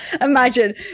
imagine